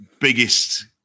biggest